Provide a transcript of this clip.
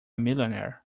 millionaire